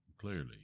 clearly